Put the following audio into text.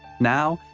now,